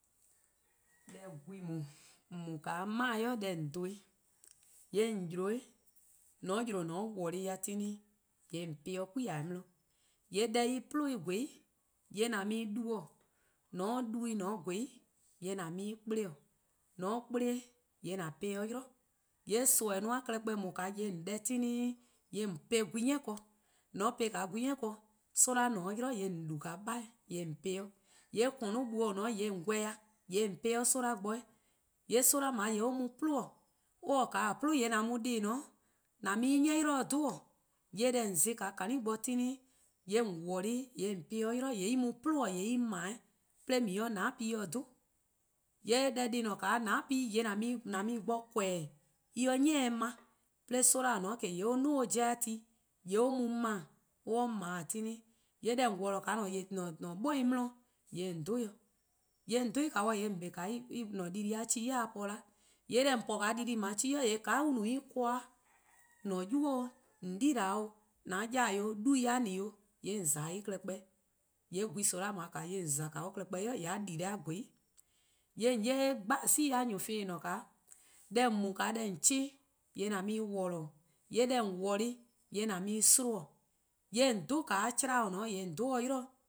Deh gwehn :daa :on mu-a 'de 'mae: 'i :on dhen-a, :yee' :on 'yi 'de, :mor 'yle :on worlor:-ih dih klehkpeh, :yee' :on po-ih 'de 'plea: 'di, :yee' deh en 'plun-a en :gweh-a 'i, :yee' :an mu-eh :du, :mor :on 'du-ih :on :gweh 'i, :yee' :an mu-eh 'kple:, :mor 'on 'kple-eh :yee :an po-eh 'de 'yli, :yee' nimi-a klehkpeh :on no-a deh :yee' :on po-eh gwehn-ni ken. :mor :on po-ih gwehn-ni ken, soma' :ne-a 'yli :yee' :on du 'beheh: :on po-eh 'de 'weh, :korno'-buo: :or :ne-a 'o :yee' :on wa-or-dih :on po-ro 'de soma' bo. :yee' soma' :dao' or mu 'plun, :mor or :taa 'plun, :yee' dih :eh :ne-a 'o :an mu 'o en 'ni 'yli-dih :dhe, :yee' deh :on za-a :kani' bo klehkpeh, :yee' :on worlor-ih, :yee' :on po-ih 'de 'yli, :yee' en mu 'plun on, :yee' en maa, 'de :on 'ye-ih 'o :nane' ken-dih dhe. :yee' deh dih :ne-a 'o :nane' 'i :yee' :an mu-ih bo :korn-dih en 'ye ni-dih ma, :yee' soma' :or :ne-a 'o :k e :yee' or 'duo' or 'jeh-a ti, :yee' or mu :ma, :mor or ma klehkpeh, :yee' deh worlor-a :an :an 'koba:+ 'di-dih, :yee' :on dhe-dih, :yeh :on dhe-a dih, :yee' :on kpa 'o en-' dii-deh+-a 'cheh-dih :po 'da 'weh, :yee' deh :on po-a dii-deh+:dao' 'cheh 'i dih :ka on no en-' :korn-a, :an-a'a: 'nynuu: 'o, :an-a'a: yibeor 'o, 'an-' 'jeh-yor-eh 'o, 'dhuba'+-a :ne 'o, :yee' :on :za 'o en-' klehkpeh 'weh, :yee' gwehn soma' :dao' :on za-or klehkpeh 'yli :yee' a di-deh a :gweh 'i, :yee' :bhasi'-wlon+ :en :ne-a 'o 'weh :e, deh :on mu-a :on 'kpan-ih-a :yee' :an mu-ih worlor:, :yee' deh :on :worlor-a, :yee' :an mu-ih 'slen-', :yee' 'chlan :dao :or :ne-a 'o :yee' :on 'dhe or 'yli-dih,: